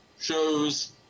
shows